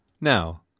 Now